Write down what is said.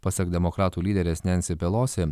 pasak demokratų lyderės nensi pelosi